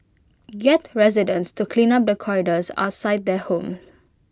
get residents to clean up the corridors outside their homes